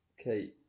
Okay